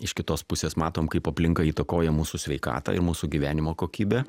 iš kitos pusės matom kaip aplinka įtakoja mūsų sveikatą ir mūsų gyvenimo kokybę